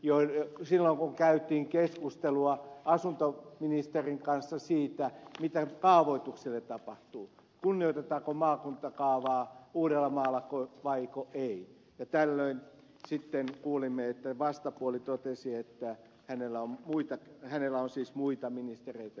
silloin kun käytiin keskustelua asuntoministerin kanssa siitä mitä kaavoitukselle tapahtuu kunnioitetaanko maakuntakaavaa uudellamaalla vai ei kuulimme että vastapuoli totesi että hänellä on siis muita ministereitä ystävinä